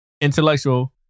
intellectual